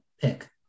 pick